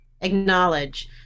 Acknowledge